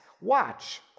Watch